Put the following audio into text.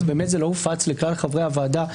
זה לא הופץ לכלל חברי הוועדה,